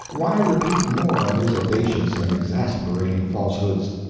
why repeat more of his audacious and exasperating falsehoods?